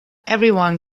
everyone